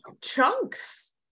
chunks